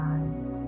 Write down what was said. eyes